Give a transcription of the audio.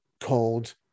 called